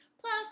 Plus